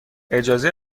اجازه